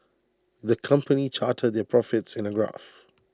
the company charted their profits in A graph